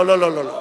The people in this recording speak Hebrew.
לא לא לא.